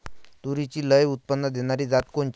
तूरीची लई उत्पन्न देणारी जात कोनची?